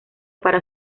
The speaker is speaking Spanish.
para